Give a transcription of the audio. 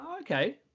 Okay